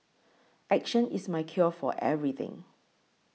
action is my cure for everything